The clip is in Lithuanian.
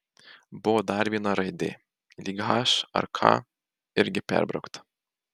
buvo dar viena raidė lyg h ar k irgi perbraukta